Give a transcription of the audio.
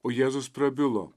o jėzus prabilo